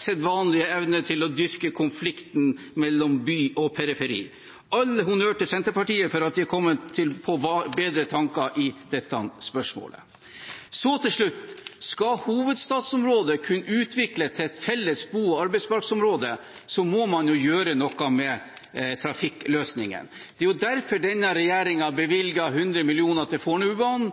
sedvanlige evne til å dyrke konflikten mellom by og periferi. All honnør til Senterpartiet for at de har kommet på bedre tanker i dette spørsmålet. Til slutt: Skal hovedstadsområdet kunne utvikles til et felles bo- og arbeidsmarkedsområde, må man gjøre noe med trafikkløsningen. Det er derfor denne regjeringen bevilger 100 mill. kr til Fornebubanen,